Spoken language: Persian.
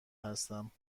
هستم